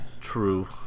True